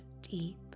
deep